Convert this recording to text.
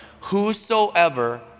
Whosoever